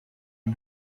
une